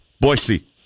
Boise